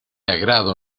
agrado